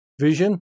vision